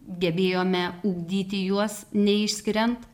gebėjome ugdyti juos neišskiriant